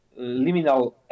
liminal